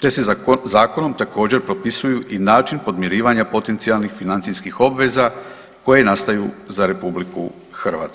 te se zakonom također propisuju i način podmirivanja potencionalnih financijskih obveza koje nastaju za RH.